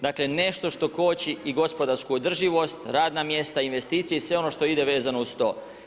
Dakle, nešto što koči i gospodarsku održivost, radna mjesta, investicije i sve ono što ide vezno uz to.